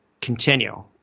continue